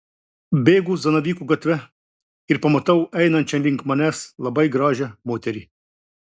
bėgu zanavykų gatve ir pamatau einančią link manęs labai gražią moterį